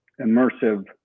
immersive